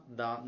da